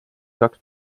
kaks